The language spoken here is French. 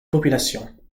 population